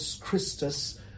Christus